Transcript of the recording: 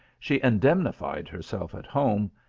she indemnified herself at home,